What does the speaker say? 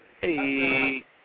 hey